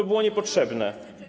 To było niepotrzebne.